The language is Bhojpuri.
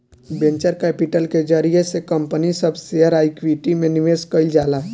वेंचर कैपिटल के जरिया से कंपनी सब के शेयर आ इक्विटी में निवेश कईल जाला